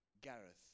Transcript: Gareth